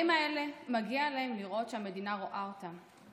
מגיע להורים האלה לראות שהמדינה רואה אותם.